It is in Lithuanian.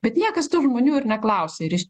bet niekas tų žmonių ir neklausė ir iš